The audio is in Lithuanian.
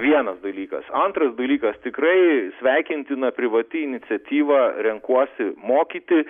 vienas dalykas antras dalykas tikrai sveikintina privati iniciatyva renkuosi mokyti